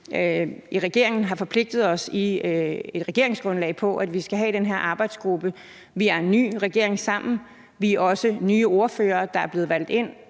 regeringen har forpligtet os i et regeringsgrundlag på, at vi skal have den her arbejdsgruppe? Vi er en ny regering sammen, vi er også nye ordførere, der er blevet valgt ind